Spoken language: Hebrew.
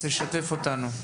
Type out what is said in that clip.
רוצה לשתף אותנו?